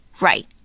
Right